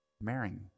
marrying